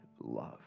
love